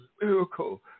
miracle